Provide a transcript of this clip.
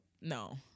no